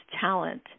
talent